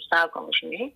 sakom žinai